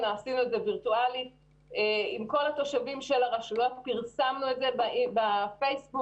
עם כל התושבים של הרשויות ופרסמנו את זה בפייסבוק.